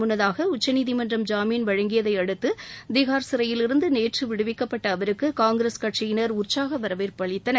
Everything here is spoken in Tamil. முன்னதாக உச்சநீதிமன்றம் ஜாமீன் வழங்கியதை அடுத்து திஹா் சிறையிலிருந்து நேற்று விடுவிக்கப்பட்ட அவருக்கு காங்கிரஸ் கட்சியினர் உற்சாக வரவேற்பு அளித்தனர்